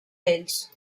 ells